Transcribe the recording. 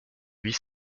huit